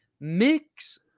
Mix